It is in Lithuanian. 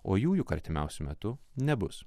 o jų juk artimiausiu metu nebus